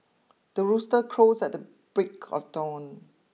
the rooster crows at the break of dawn